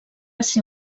ser